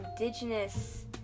indigenous